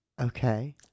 Okay